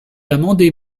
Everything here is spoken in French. amendé